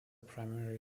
primary